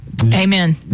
Amen